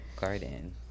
garden